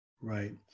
Right